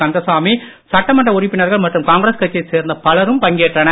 கந்தசாமி சட்டமன்ற உறுப்பினர்கள் மற்றும் காங்கிரஸ் கட்சியை சேர்ந்த பலரும் பங்கேற்றனர்